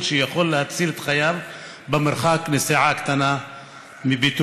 שיכול להציל את חייו במרחק נסיעה קטנה מביתו